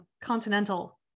continental